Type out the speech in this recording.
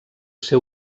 ser